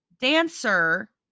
dancer